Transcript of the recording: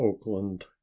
Oakland